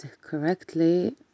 correctly